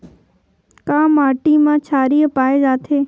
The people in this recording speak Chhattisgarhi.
का माटी मा क्षारीय पाए जाथे?